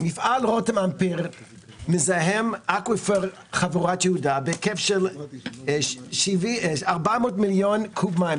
מפעל רותם אמפרט מזהם אקוויפר חברת יהודה בהיקף של 400 מיליון קוב מים,